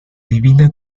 divina